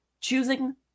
choosing